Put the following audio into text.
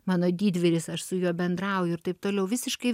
mano didvyris aš su juo bendrauju ir taip toliau visiškai